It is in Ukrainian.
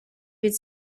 від